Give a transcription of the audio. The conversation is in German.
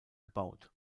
gebaut